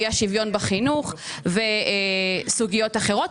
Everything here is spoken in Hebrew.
אי שוויון בחינוך וסוגיות אחרות.